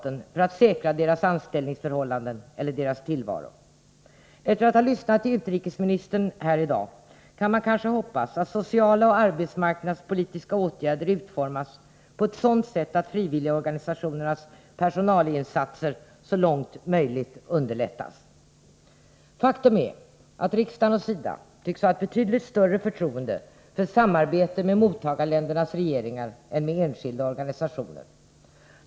Efter att ha lyssnat till utrikesministern här i dag kan man kanske hoppas att sociala och arbetsmarknadspolitiska åtgärder utformas på ett sådant sätt att frivilligorganisationernas personalinsatser så långt möjligt underlättas. Faktum är att riksdagen och SIDA tycks ha ett betydligt större förtroende för samarbete med mottagarländernas regeringar än med enskilda organisationer.